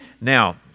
now